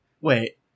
Wait